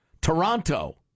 Toronto